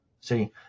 see